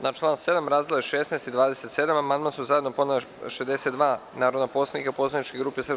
Na član 7. razdele 16. i 27. amandman su zajedno podnela 62 narodna poslanika poslaničke grupe SNS.